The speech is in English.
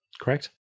correct